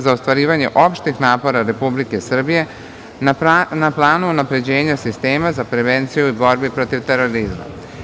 za ostvarivanje opštih napora Republike Srbije na planu unapređenja sistema za prevenciju u borbi protiv terorizma.